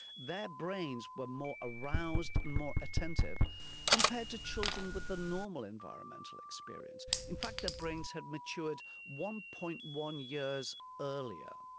their brains were more aroused, more attentive compared to children with the normal environmental experience. in fact their brains had matured one. one years earlier.